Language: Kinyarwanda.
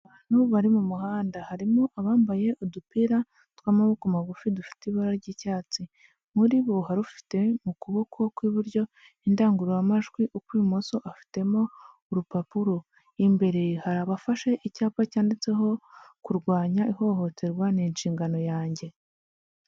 Abantu bari mu muhanda, harimo abambaye udupira tw'amaboko magufi dufite ibara ry'icyatsi. Muri bo hari ufite mu kuboko kw'iburyo indangururamajwi, ukw'ibumoso afitemo urupapuro. Imbere hari abafashe icyapa cyanditseho, "Kurwanya ihohoterwa ni inshingano yanjye".